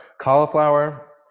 cauliflower